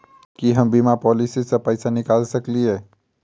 की हम बीमा पॉलिसी सऽ पैसा निकाल सकलिये?